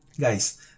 guys